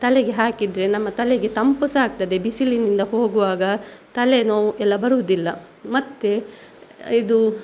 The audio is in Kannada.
ತಲೆಗೆ ಹಾಕಿದ್ದರೆ ನಮ್ಮ ತಲೆಗೆ ತಂಪು ಸಹ ಆಗ್ತದೆ ಬಿಸಿಲಿನಿಂದ ಹೋಗುವಾಗ ತಲೆ ನೋವು ಎಲ್ಲ ಬರುವುದಿಲ್ಲ ಮತ್ತೆ ಇದು